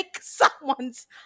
someone's